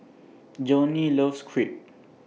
Johnny loves Crepe